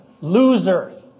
loser